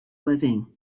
living